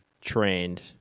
trained